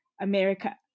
America